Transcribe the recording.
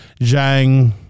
Zhang